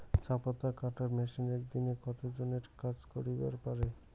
চা পাতা কাটার মেশিন এক দিনে কতজন এর কাজ করিবার পারে?